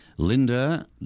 Linda